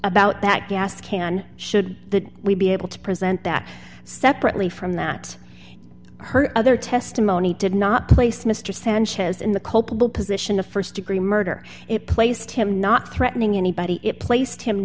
about that gas can should we be able to present that separately from that her other testimony did not place mr sanchez in the culpable position of st degree murder it placed him not threatening anybody it placed him